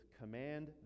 Command